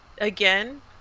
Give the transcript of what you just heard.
again